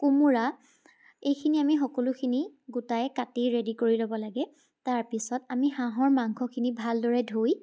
কোমোৰা এইখিনি আমি সকলোখিনি গোটাই কাটি ৰেডী কৰি ল'ব লাগে তাৰপিছত আমি হাঁহৰ মাংসখিনি ভালদৰে ধুই